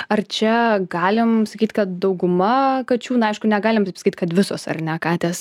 ar čia galim sakyt kad dauguma kačių na aišku negalime sakyti kad visos ar ne katės